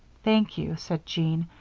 thank you, said jean,